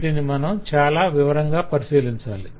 వీటిని మనం చాల వివరంగా పరిశీలించాలి